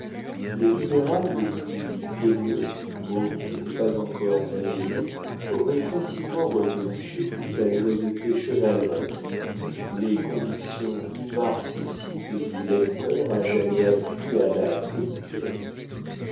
le libéral le plus haineux mot qui n'était pas encore monnayé aurait facilement reconnu chez lui la loyauté chevaleresque les convictions immarcescibles du lecteur à jamais acquis à la quotidienne